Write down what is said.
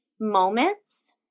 moments